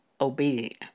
obedient